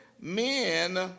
men